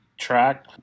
track